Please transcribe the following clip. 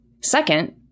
Second